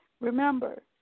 Remember